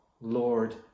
Lord